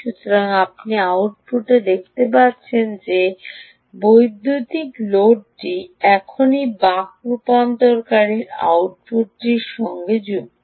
সুতরাং আপনি আউটপুটে দেখতে পাচ্ছেন এই বৈদ্যুতিন লোডটি এখনই বাক রূপান্তরকারীটির আউটপুটটির সাথে সংযুক্ত